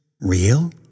real